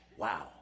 Wow